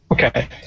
Okay